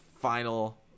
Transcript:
final